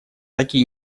такие